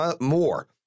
more